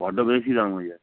বড্ডো বেশি দাম হয়ে যাচ্ছে